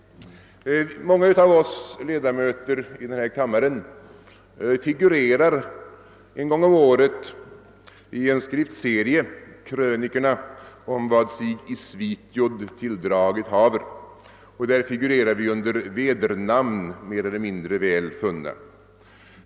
Många av oss ledamöter i denna kammare figurerar en gång om året i en skriftserie, krönikorna om vad sig i Svithjod tilidragit haver. Där figurerar vi under vedernamn, mer eller mindre väl funna.